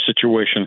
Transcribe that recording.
situation